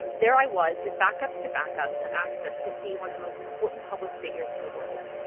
there i was with backups to backups of access to see one of the most important public figures in the world.